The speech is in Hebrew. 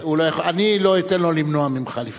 אני לא אתן לו למנוע ממך לפנות.